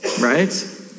right